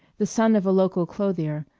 the son of a local clothier,